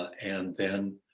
and then